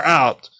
out